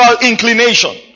inclination